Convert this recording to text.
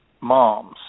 moms